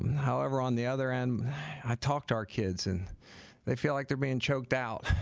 however on the other end i talk to our kids and they feel like they're being choked out